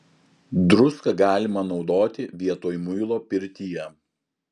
druską galima naudoti vietoj muilo pirtyje